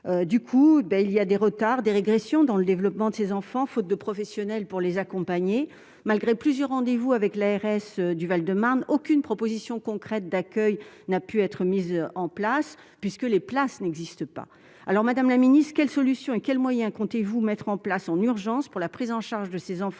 du coup ben il y a des retards, des régressions dans le développement de ces enfants, faute de professionnels pour les accompagner, malgré plusieurs rendez-vous avec l'ARS du Val-de-Marne, aucune proposition concrète d'accueil n'a pu être mise en place puisque les places n'existe pas alors Madame la Ministre quelles solutions et quels moyens comptez-vous mettre en place en urgence pour la prise en charge de ces enfants